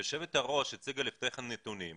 יושבת הראש הציגה לפני כן נתונים,